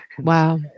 Wow